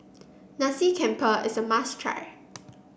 Nasi Campur is a must try